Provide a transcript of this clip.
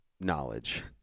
knowledge